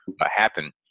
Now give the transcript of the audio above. happen